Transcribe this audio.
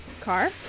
car